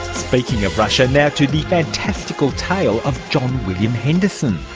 speaking of russia, now to the fantastical tale of john william henderson.